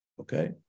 Okay